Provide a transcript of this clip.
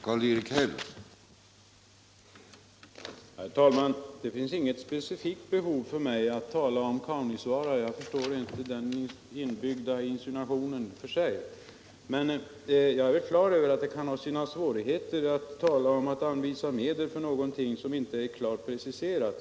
Herr talman! Jag har inget specifikt behov av att tala om Kaunisvaara, och jag förstår inte den inbyggda insinuationen i det påståendet. Jag är klar över att det kan ha sina svårigheter att tala om att anvisa medel för någonting som inte är klart preciserat.